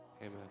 Amen